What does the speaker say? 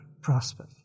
prosper